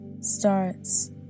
starts